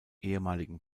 ehemaligen